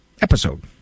episode